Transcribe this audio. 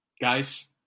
guys